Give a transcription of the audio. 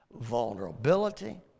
vulnerability